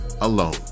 alone